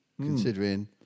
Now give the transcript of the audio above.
considering